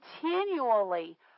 continually